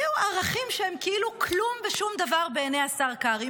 ערכים שהם כאילו כלום ושום דבר בעיני השר קרעי.